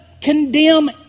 condemn